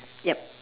yup